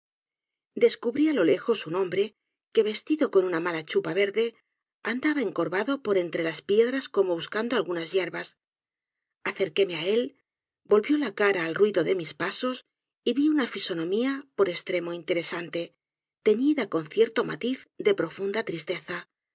descubrí á lo lejos un hombre que vestido m una mala chupa verde andaba encorvado por entre las piedras como buscando algunas yerbas acerquéme á él volvió la cara al ruido de mis pasos y vi una fisonomía por estremo interesante teñida con cierto matiz de profunda tristeza